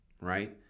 right